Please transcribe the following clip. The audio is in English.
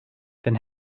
then